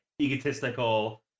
egotistical